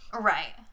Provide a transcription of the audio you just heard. Right